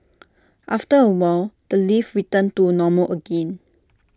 after A while the lift returned to normal again